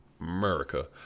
America